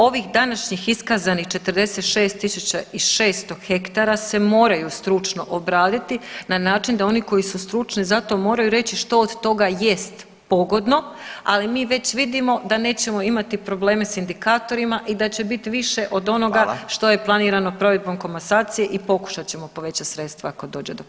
Ovih današnjih iskazanih 46.600 hektara se moraju stručno obraditi na način da oni koji su stručni za to moraju reći što od toga jest pogodno ali mi već vidimo da nećemo imati probleme s indikatorima i da će biti više od onoga [[Upadica: Hvala.]] što je planirano provedbom komasacije i pokušat ćemo povećati sredstva ako dođe do potrebe.